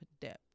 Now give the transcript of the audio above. depth